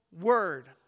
word